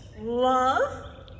love